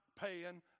paying